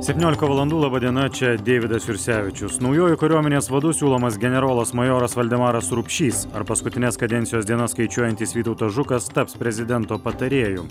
septyniolika valandų laba diena čia deividas jursevičius naujuoju kariuomenės vadu siūlomas generolas majoras valdemaras rupšys ar paskutines kadencijos dienas skaičiuojantis vytautas žukas taps prezidento patarėju